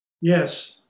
Yes